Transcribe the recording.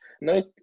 No